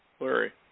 Larry